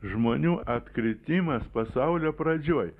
žmonių atkritimas pasaulio pradžioj